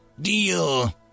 Deal